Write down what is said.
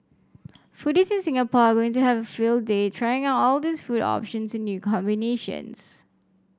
foodies in Singapore are going to have a field day trying out all these food options in new combinations